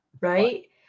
right